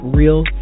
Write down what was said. real